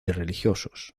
religiosos